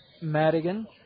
Madigan